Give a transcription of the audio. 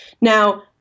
Now